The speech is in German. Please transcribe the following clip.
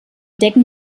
decken